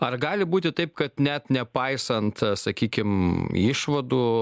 ar gali būti taip kad net nepaisant sakykim išvadų